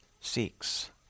seeks